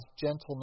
gentleness